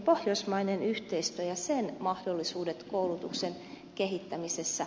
pohjoismainen yhteistyö ja sen mahdollisuudet koulutuksen kehittämisessä